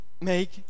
make